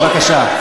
בבקשה.